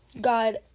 God